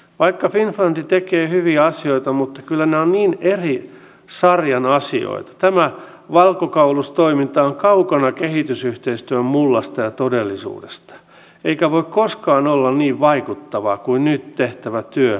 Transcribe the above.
mutta siihen ei riitä valitettavasti ehkä pelkästään hallituksen vahva poliittinen tahtotila vaan se on kiinni ennen kaikkea siitä pystyvätkö työnantajat ja toisaalta palkansaajat asiasta keskenään sopimaan